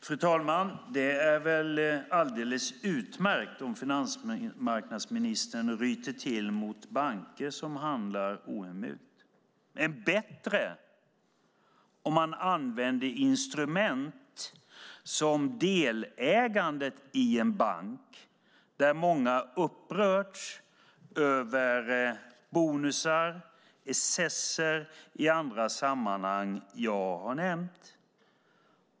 Fru talman! Det är alldeles utmärkt om finansmarknadsministern ryter till mot banker som handlar ohemult. Men det är bättre om han använder instrument som delägandet i en bank där många upprörts över bonusar och excesser i andra sammanhang jag har nämnt.